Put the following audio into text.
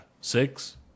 six